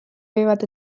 võivad